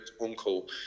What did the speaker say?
uncle